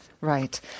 Right